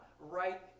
right